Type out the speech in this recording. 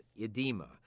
edema